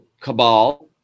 cabal